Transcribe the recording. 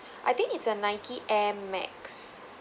I think it's a Nike air max